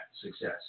success